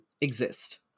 exist